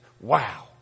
Wow